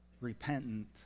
repentant